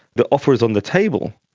the offer is on the table,